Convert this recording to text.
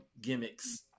gimmicks